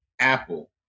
apple